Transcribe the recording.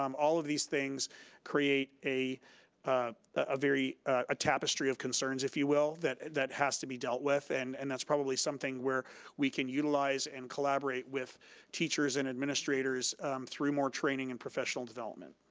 um all of these things create a ah a very, a tapestry of concerns if you will, that that has to be dealt with, and and that's probably something where we can utilize and collaborate with teachers and administrators through more training and professional development.